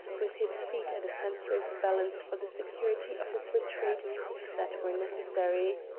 with his feet at a fencer's balance for the security of his retreat if that were necessary.